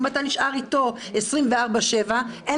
אם אתה נשאר איתו 24 שעות ביממה,